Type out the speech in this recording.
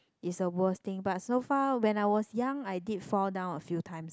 is a worst thing but so far when I was young I did fall down a few times lah